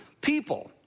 people